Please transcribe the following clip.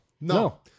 no